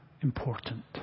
important